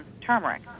turmeric